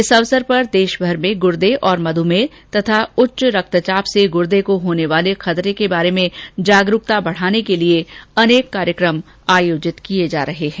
इस अवसर पर देशभर में गुर्दे तथा मधुमेह और उच्च रक्त चाप से गुर्दे को होने वाले खतरे के बारे में जागरूकता बढ़ाने के लिए अनेक कार्यक्रम आयोजित किए जा रहे हैं